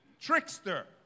trickster